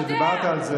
שדיברת על זה,